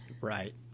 Right